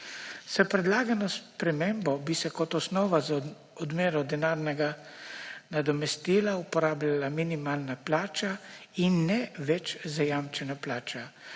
S predlagano spremembo bi se kot osnova za odmero denarnega nadomestila uporabila minimalna plača in ne več zajamčena plača,